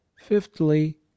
Fifthly